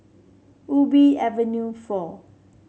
Ubi Avenue four